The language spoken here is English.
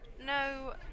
No